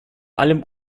allem